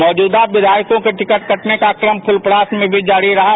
मौजूदा विधायकों के टिकट कटने का क्रम फुलपरास में भी जारी रहा है